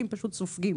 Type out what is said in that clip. נופל.